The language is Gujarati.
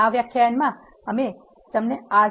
આ વ્યાખ્યાનમાં અમે તમને R